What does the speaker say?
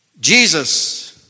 Jesus